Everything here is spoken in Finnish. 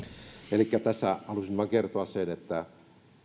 elikkä tässä halusin vain kertoa sen että